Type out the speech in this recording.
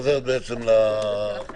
אם